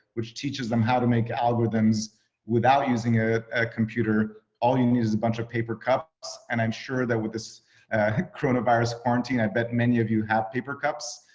which teaches them how to make algorithms without using a computer. all you need is a bunch of paper cups, and i'm sure that with this coronavirus guarantee, i bet many of you have paper cups.